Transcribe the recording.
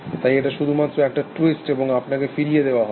তাই এটা শুধুমাত্র একটা টুইস্ট এবং আপনাকে ফিরিয়ে দেওয়া হবে